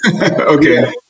Okay